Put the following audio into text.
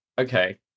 Okay